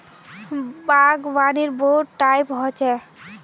बागवानीर बहुत टाइप ह छेक